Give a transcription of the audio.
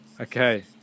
Okay